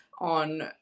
on